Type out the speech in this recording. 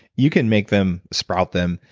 you can make them, sprout them,